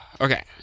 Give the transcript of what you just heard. Okay